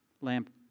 lamp